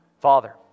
Father